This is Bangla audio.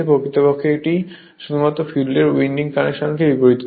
প্রকৃতপক্ষে এটি শুধুমাত্র ফিল্ডের উইন্ডিং কানেকশনকে বিপরীত করে